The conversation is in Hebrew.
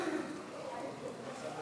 ההצעה